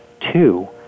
Two